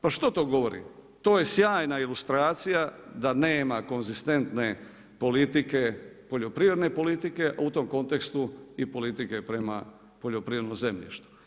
Pa što to govori, to je sjajna ilustracija da nema konzistentne politike, poljoprivredne politike a u tom kontekstu i politike prema poljoprivrednom zemljištu.